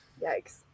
yikes